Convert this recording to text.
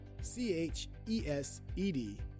C-H-E-S-E-D